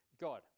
God